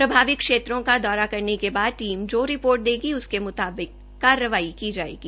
प्रभावित क्षेत्रों का दौरा करने के बाद टीम जो रिपोर्ट देगी उसके मुताबिक कार्रवाई की जायेगी